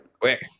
Quick